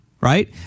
Right